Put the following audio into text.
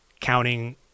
counting